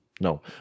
no